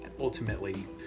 ultimately